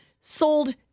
sold